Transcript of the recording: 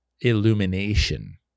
illumination